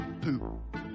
poop